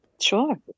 Sure